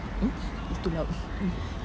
mm it's too loud mm